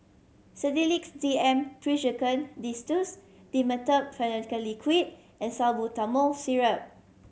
Sedilix D M Pseudoephrine Linctus Dimetapp Phenylephrine Liquid and Salbutamol Syrup